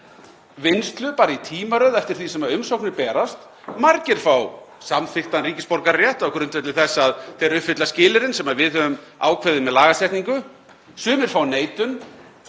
vinnslu í tímaröð eftir því sem umsóknir berast? Margir fá samþykktan ríkisborgararétt á grundvelli þess að þeir uppfylla skilyrðin sem við höfum ákveðið með lagasetningu. Sumir fá neitun.